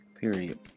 Period